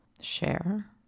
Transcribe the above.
share